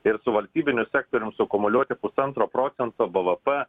ir su valstybinu sektorium suakumuliuoti pusantro procento bvp